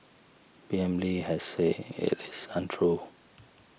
P M Lee has said it is untrue